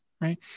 right